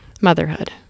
motherhood